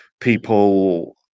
people